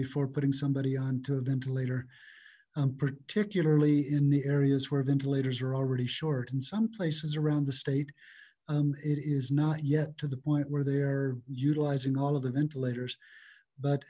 before putting somebody on to a ventilator particularly in the areas where ventilators are already short in some places around the state it is not yet to the point where they are utilizing all of them insulators but